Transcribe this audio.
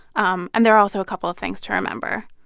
um and there are also a couple of things to remember.